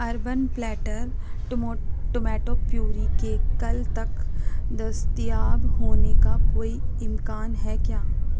urban platter tomato puree کے کل تک دستیاب ہونے کا کوئی امکان ہے کیا